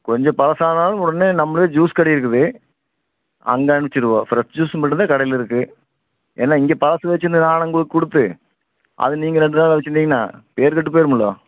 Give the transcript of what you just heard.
கொஞ்சம் பழைசானாலும் உடனே நம்மளே ஜூஸ் கடை இருக்குது அங்கே அனுப்பிச்சிருவோம் ஃப்ரெஷ் ஜூஸ் மட்டும்தான் கடையில் இருக்குது ஏன்னால் இங்கே பழசு வச்சு நான் உங்களுக்கு கொடுத்து அது நீங்கள் ரெண்டு நாள் வச்சுருந்தீங்கனா பேர் கெட்டுப் போயிடும்முள்ளோ